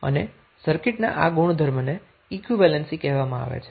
અને સર્કિટના આ ગુણધર્મને ઈક્વીવેલેન્સી કહેવામાં આવે છે